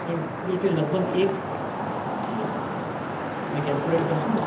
point three three એટલે લગભગ એ જ છે તમે કેલ્ક્યુલેટ કરશો ને